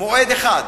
מועד אחד,